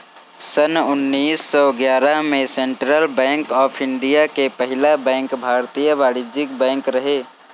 सन्न उन्नीस सौ ग्यारह में सेंट्रल बैंक ऑफ़ इंडिया के पहिला बैंक भारतीय वाणिज्यिक बैंक रहे